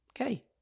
Okay